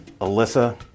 Alyssa